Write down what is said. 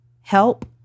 help